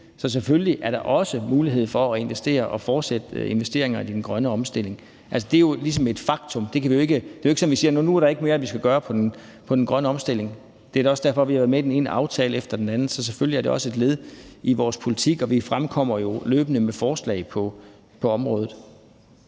Så selvfølgelig er der også mulighed for at investere i og fortsætte investeringerne i den grønne omstilling. Det er jo ligesom et faktum. Det er ikke sådan, at vi siger, at nu er der ikke mere, vi skal gøre i den grønne omstilling. Det er da også derfor, vi har været med i den ene aftale efter den anden. Så selvfølgelig er det også et led i vores politik, og vi kommer jo løbende med forslag på området.